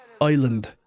island